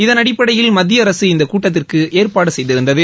இதன் அடிப்படையில் மத்திய அரசு இந்த கூட்டத்திற்கு ஏற்பாடு செய்திருந்தது